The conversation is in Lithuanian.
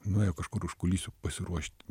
nuėjo kažkur užkulisiuose pasiruošti